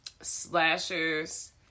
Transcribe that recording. slashers